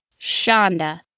Shonda